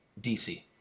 DC